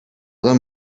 them